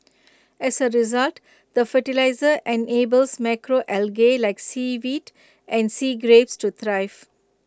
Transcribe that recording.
as A result the fertiliser enables macro algae like seaweed and sea grapes to thrive